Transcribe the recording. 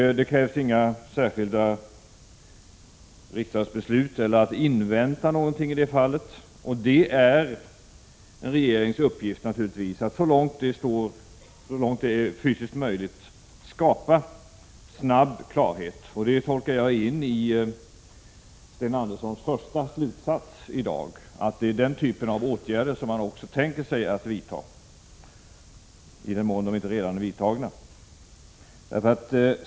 Det krävs inga särskilda riksdagsbeslut, och man behöver inte invänta någonting i det här fallet. Det är naturligtvis en regerings uppgift att så långt det är fysiskt möjligt snabbt skapa klarhet. Jag tolkar in i Sten Anderssons första slutsats i dag att det är den typen av åtgärder som man tänker sig att vidta i den mån de inte redan är vidtagna.